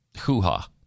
hoo-ha